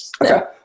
Okay